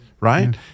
right